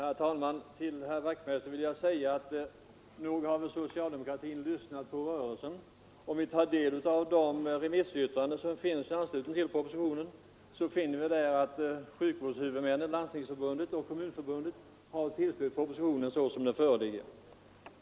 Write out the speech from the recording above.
Herr talman! Nog har socialdemokratin lyssnat på rörelsen, herr Wachtmeister i Staffanstorp. Om vi tar del av de remissyttranden som återges i anslutning till propositionen, finner vi där att sjukvårdshuvudmännen, Landstingsförbundet och Kommunförbundet, har tillstyrkt propositionen så som den föreligger.